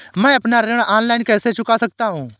मैं अपना ऋण ऑनलाइन कैसे चुका सकता हूँ?